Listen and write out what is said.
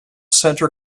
center